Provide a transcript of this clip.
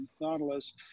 Nautilus